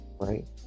right